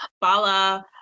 Bala